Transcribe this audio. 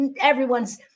everyone's